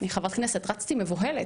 אני חברת כנסת, רצתי מבוהלת,